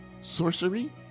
sorcery